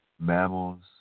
Mammals